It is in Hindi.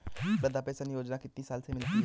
वृद्धा पेंशन योजना कितनी साल से मिलती है?